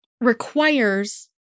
requires